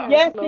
Yes